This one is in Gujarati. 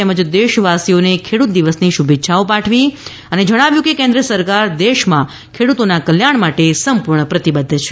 તેમજ દેશવાસીઓને ખેડૂત દિવસની શુભેચ્છાઓ પાઠવતા જણાવ્યું છે કે કેન્દ્ર સરકાર દેશમાં ખેડૂતોના કલ્યાણ માટે સંપૂર્ણ પ્રતિબદ્ધ છે